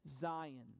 Zion